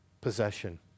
possession